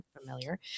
familiar